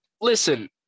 listen